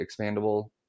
expandable